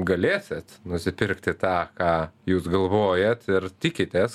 galėsit nusipirkti tą ką jūs galvojat ir tikitės